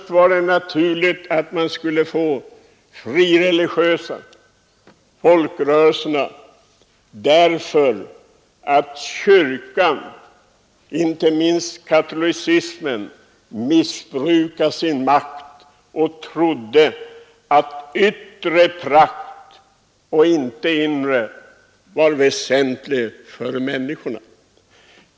Uppkomsten av de frireligiösa samfunden var naturlig, därför att kyrkan, inte minst den katolska, hade missbrukat sin makt och ansett att yttre prakt och inte inre var väsentlig för människorna.